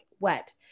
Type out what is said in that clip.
wet